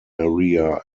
area